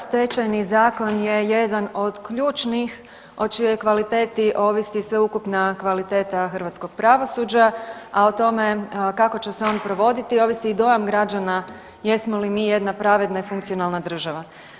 Stečajni zakon je jedan od ključnih o čijoj kvaliteti ovisi sveukupna kvaliteta hrvatskog pravosuđa, a o tome kako će se oni provoditi ovisi i dojam građana jesmo li mi jedna pravedna i funkcionalna država.